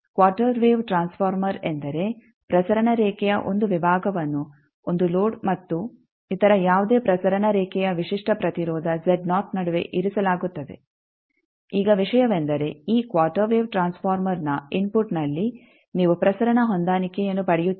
quarter wave transformer ಎಂದರೆ ಪ್ರಸರಣ ರೇಖೆಯ ಒಂದು ವಿಭಾಗವನ್ನು ಒಂದು ಲೋಡ್ ಮತ್ತು ಇತರ ಯಾವುದೇ ಪ್ರಸರಣ ರೇಖೆಯ ವಿಶಿಷ್ಟ ಪ್ರತಿರೋಧ ನಡುವೆ ಇರಿಸಲಾಗುತ್ತದೆ ಈಗ ವಿಷಯವೆಂದರೆ ಈ ಕ್ವಾರ್ಟರ್ ವೇವ್ ಟ್ರಾನ್ಸ್ ಫಾರ್ಮರ್ನ ಇನ್ಫುಟ್ ನಲ್ಲಿ ನೀವು ಪ್ರಸರಣ ಹೊಂದಾಣಿಕೆಯನ್ನು ಪಡೆಯುತ್ತೀರಿ